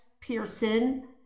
Pearson